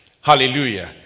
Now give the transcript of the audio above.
Hallelujah